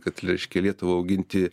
kad reiškia lietuvą auginti